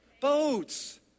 Boats